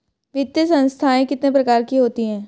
वित्तीय संस्थाएं कितने प्रकार की होती हैं?